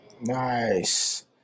Nice